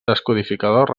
descodificador